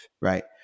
right